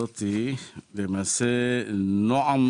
זאת עמותת "נועם